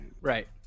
Right